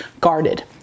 guarded